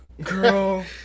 Girl